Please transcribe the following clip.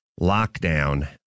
lockdown